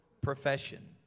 profession